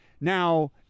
Now